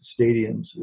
stadiums